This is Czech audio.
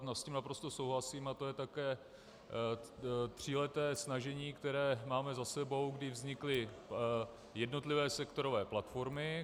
S tím naprosto souhlasím a to je také tříleté snažení, které máme za sebou, kdy vznikly jednotlivé sektorové platformy.